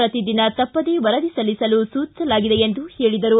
ಪ್ರತಿದಿನ ತಪ್ಪದೇ ವರದಿ ಸಲ್ಲಿಸಲು ಸೂಚಿಸಲಾಗಿದೆ ಎಂದು ಹೇಳಿದರು